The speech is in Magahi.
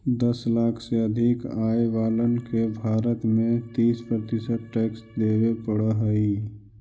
दस लाख से अधिक आय वालन के भारत में तीस प्रतिशत टैक्स देवे पड़ऽ हई